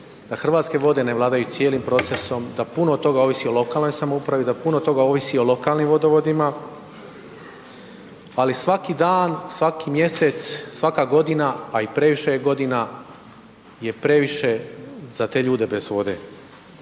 da Hrvatske vode ne vladaju cijelim procesom, da puno toga ovisi o lokalnoj samoupravi, da puno toga ovisi o lokalnim vodovodima, ali svaki dan, svaki mjesec, svaka godina, a i previše je godina je previše za te ljude bez vode.